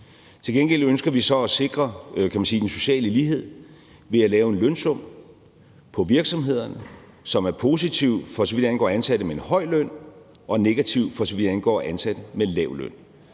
Til gengæld ønsker vi så at sikre den sociale lighed, kan man sige, ved at lave en lønsum på virksomhederne, som er positiv, for så vidt angår ansatte med en høj løn, og negativ, for så vidt angår ansatte med en lav løn.